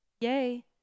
Yay